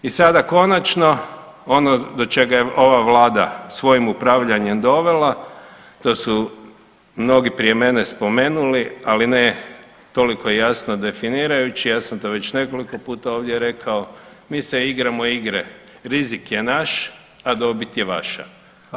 I sada konačno ono do čega je ova Vlada svojim upravljanjem dovela, to su mnogi prije mene spomenuli, ali ne toliko jasno definirajući, ja sam to već nekoliko puta ovdje rekao, mi se igramo igre rizik je naš, a dobit je vaša.